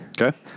Okay